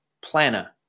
Planner